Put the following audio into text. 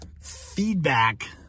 feedback